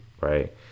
right